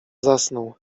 zasnął